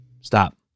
Stop